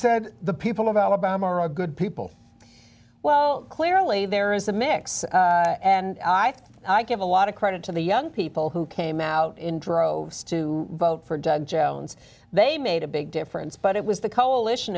said the people of alabama are a good people well clearly there is a mix and i think i give a lot of credit to the young people who came out in droves to vote for doug jones they made a big difference but it was the coalition